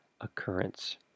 Occurrence